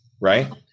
Right